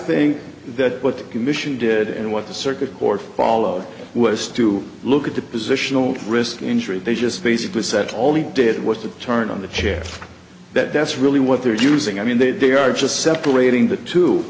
think that what the commission did and what the circuit court followed was to look at the positional risk injury they just basically said all he did was to turn on the chair that that's really what they're using i mean that they are just separating the two